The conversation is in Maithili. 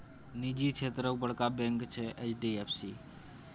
निजी क्षेत्रक बड़का बैंक छै एच.डी.एफ.सी